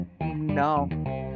No